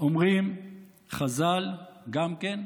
אומרים חז"ל גם כן,